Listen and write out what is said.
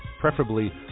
preferably